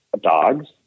dogs